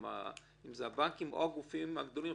אם זה הבנקים או הגופים הגדולים,